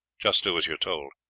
just do as you are told